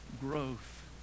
growth